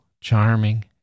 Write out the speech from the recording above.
charming